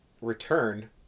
return